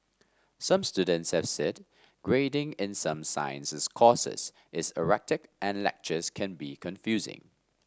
some students have said grading in some sciences courses is erratic and lectures can be confusing